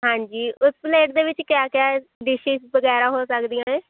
ਹਾਂਜੀ ਉਸ ਪਲੇਟ ਦੇ ਵਿੱਚ ਕਿਆ ਕਿਆ ਡਿਸ਼ਜਿਜ਼ ਵਗੈਰਾ ਹੋ ਸਕਦੀਆਂ